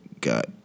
Got